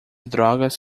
drogas